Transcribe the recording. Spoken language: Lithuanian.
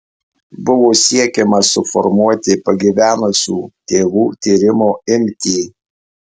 buvo siekiama suformuoti pagyvenusių tėvų tyrimo imtį